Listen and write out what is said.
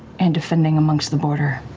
and defending amongst the border.